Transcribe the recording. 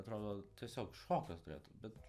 atrodo tiesiog šokas turėtų bet